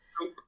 Nope